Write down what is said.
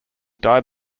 died